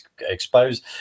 exposed